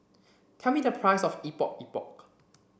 tell me the price of Epok Epok